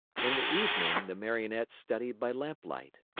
in the evening the marionette studied by lamplight.